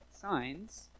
signs